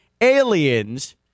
aliens